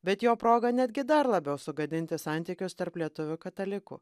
bet jo proga netgi dar labiau sugadinti santykius tarp lietuvių katalikų